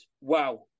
wow